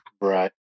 Right